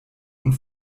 und